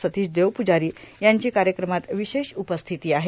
सतीश देवपुजारी यांची कायक्रमात ावशेष उपस्थिती आहे